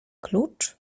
klucz